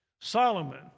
Solomon